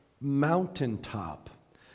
mountaintop